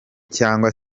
cyangwa